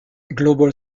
global